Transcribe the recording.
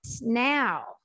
Now